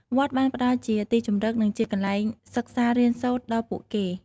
វត្តបានផ្ដល់ជាទីជម្រក និងជាកន្លែងសិក្សារៀនសូត្រដល់ពួកគេ។